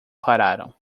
pararam